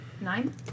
Nine